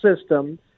system